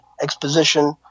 exposition